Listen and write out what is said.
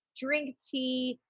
drink tea,